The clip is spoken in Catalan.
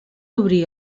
obrir